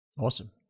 awesome